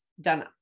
done